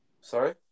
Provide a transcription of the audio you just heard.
Sorry